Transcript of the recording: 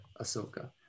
Ahsoka